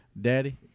Daddy